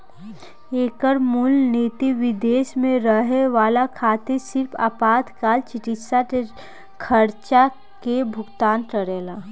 एकर मूल निति विदेश में रहे वाला खातिर सिर्फ आपातकाल चिकित्सा के खर्चा के भुगतान करेला